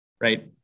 right